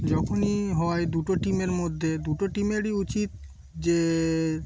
যখনই হয় দুটো টিমের মধ্যে দুটো টিমেরই উচিত যে